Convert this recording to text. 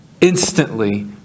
instantly